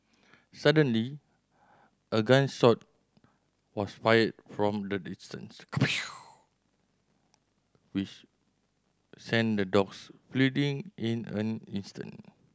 suddenly a gun shot was fired from the distance which sent the dogs fleeing in an instant